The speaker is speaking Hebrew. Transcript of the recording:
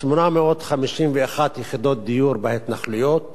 851 יחידות דיור בהתנחלויות